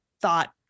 thought